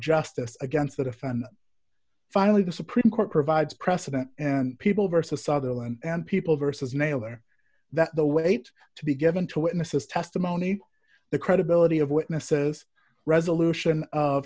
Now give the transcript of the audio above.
justice against that if and finally the supreme court provides precedent and people versus sutherland and people vs nailer that the wait to be given to witnesses testimony the credibility of witnesses resolution of